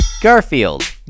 Garfield